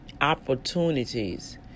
opportunities